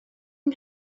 yng